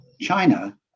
China